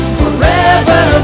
forever